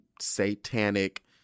satanic